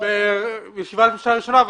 בישיבת הממשלה הראשונה.